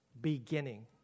beginning